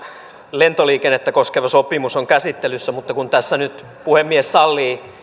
lentoliikennettä koskeva sopimus on käsittelyssä mutta kun tässä nyt puhemies sallii